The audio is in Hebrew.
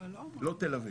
לא תל אביב,